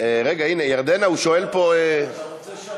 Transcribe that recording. רגע, הנה, ירדנה, הוא שואל פה, אתה רוצה שאני אלך?